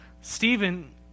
Stephen